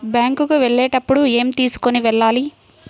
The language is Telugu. బ్యాంకు కు వెళ్ళేటప్పుడు ఏమి తీసుకొని వెళ్ళాలి?